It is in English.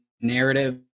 narrative